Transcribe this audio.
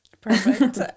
perfect